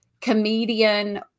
comedian